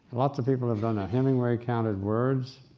lots of people have done that. hemingway counted words,